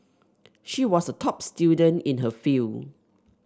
she was a top student in her field